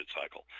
cycle